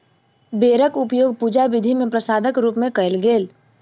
बेरक उपयोग पूजा विधि मे प्रसादक रूप मे कयल गेल